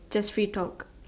just free talk